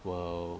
will